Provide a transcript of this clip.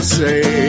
say